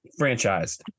Franchised